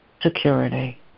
security